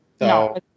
no